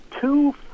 two